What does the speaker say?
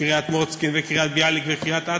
קריית-מוצקין, קריית-ביאליק וקריית-אתא.